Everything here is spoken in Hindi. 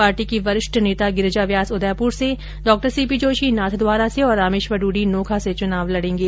पार्टी की वरिष्ठ नेता गिरिजा व्यास उदयपुर से डॉ सी पी जोशी नाथद्वारा और रामेश्वर डूडी नोखा से चुनाव लड़ेंगे